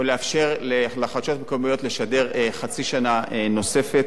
או לאפשר לחדשות המקומיות לשדר חצי שנה נוספת.